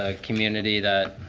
ah community that.